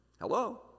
Hello